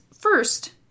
first